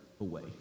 away